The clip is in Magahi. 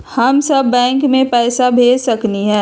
हम सब बैंक में पैसा भेज सकली ह?